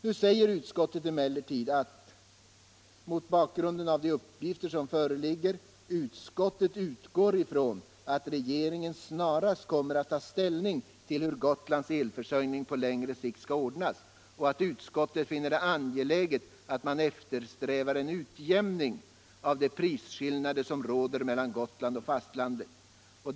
Nu säger utskottet att det — mot bakgrund av de uppgifter som föreligger — utgår ifrån att regeringen snarast kommer att ta ställning till hur Gotlands elförsörjning på längre sikt skall ordnas, och utskottet finner det angeläget att man eftersträvar en utjämning av de prisskillnader som råder mellan Gotland och fastlandet.